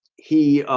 he